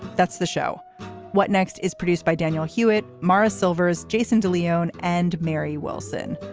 that's the show what next is produced by daniel hewitt, mara silvers, jason de leon and mary wilson.